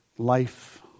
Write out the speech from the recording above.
Life